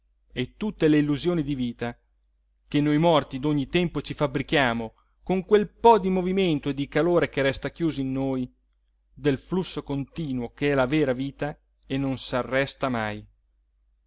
e tutte le illusioni di vita che noi morti d'ogni tempo ci fabbrichiamo con quel po di movimento e di calore che resta chiuso in noi del flusso continuo che è la vera vita e non s'arresta mai